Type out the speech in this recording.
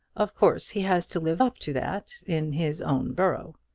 of course he has to live up to that in his own borough.